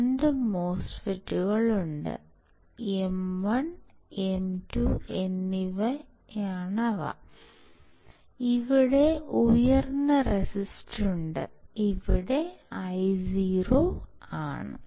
2 MOSFETs M1 M2 എന്നിവയുണ്ട് ഇവിടെ ഉയർന്ന റഫറൻസുണ്ട് ഇത് Io ആണ്